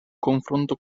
confronto